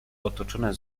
otoczone